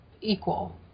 equal